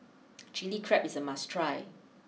Chilli Crab is a must try